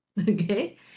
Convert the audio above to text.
Okay